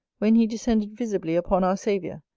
when he descended visibly upon our saviour,